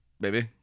Baby